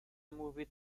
movie